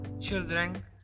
children